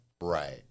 Right